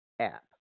app